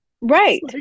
right